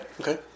Okay